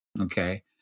okay